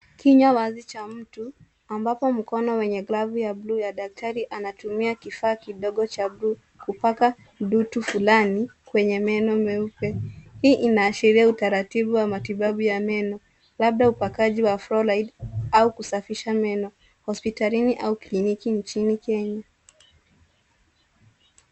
Kinywa wazi cha mtu, ambapo mkono wenye glavu ya bluu ya daktari anatumia kifaa kidogo cha bluu kupaka ndutu fulani kwenye meno meupe. Hii inaashiria utaratibu wa matibabu ya meno, labda upakaji wa Flouride au kusafisha meno hospitalini au kliniki nchini Kenya.